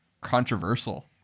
controversial